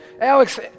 Alex